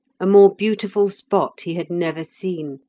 a more beautiful spot he had never seen,